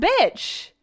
bitch